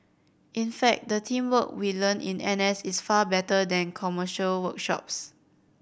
in fact the teamwork we learn in N S is far better than commercial workshops